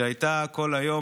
שהייתה כל היום,